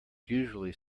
usually